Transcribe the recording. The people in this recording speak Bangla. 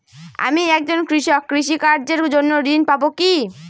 আমি একজন কৃষক কৃষি কার্যের জন্য ঋণ পাব কি?